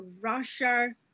Russia